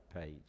page